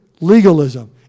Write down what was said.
legalism